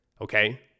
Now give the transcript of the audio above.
Okay